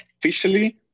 officially